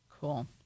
Cool